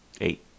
Eight